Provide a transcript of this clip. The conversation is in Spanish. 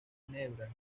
ginebra